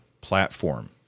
platform